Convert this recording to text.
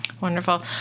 Wonderful